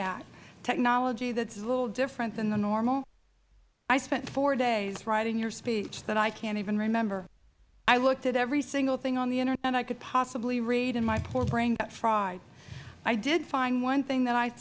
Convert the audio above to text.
at technology that is a little different than the normal i spent four days writing your speech that i cannot even remember i looked at every single thing on the internet i could possibly read and my poor brain got fried i did find one thing that i